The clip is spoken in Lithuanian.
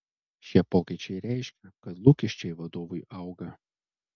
šie pokyčiai reiškia kad lūkesčiai vadovui auga